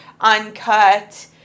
uncut